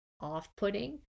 off-putting